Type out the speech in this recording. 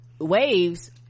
waves